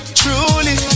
truly